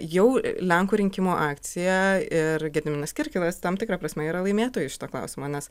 jau lenkų rinkimų akcija ir gediminas kirkilas tam tikra prasme yra laimėtojas šito klausimo nes